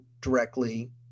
directly